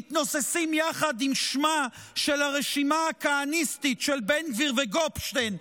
מתנוססים יחד עם שמה של הרשימה הכהניסטית של בן גביר וגופשטיין.